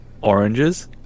Oranges